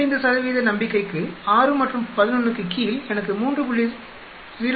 95 நம்பிக்கைக்கு 6 மற்றும் 11 க்கு கீழ் எனக்கு 3